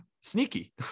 sneaky